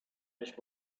ash